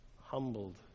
Humbled